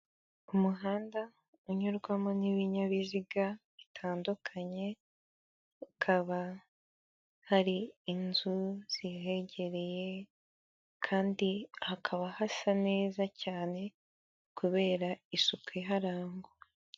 Umuhanda unyurwamo n'ibinyabiziga bitandukanye hakaba hari inzu zihegereye kandi hakaba hasa neza cyane kubera isuku iharangwa .